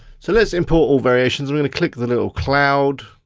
so let's import all variations. i'm gonna click the little cloud,